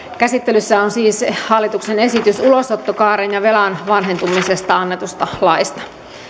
käsittelyssä on siis hallituksen esitys ulosottokaaresta ja velan vanhentumisesta annetusta laista